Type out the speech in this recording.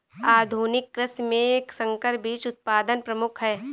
आधुनिक कृषि में संकर बीज उत्पादन प्रमुख है